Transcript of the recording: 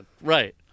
Right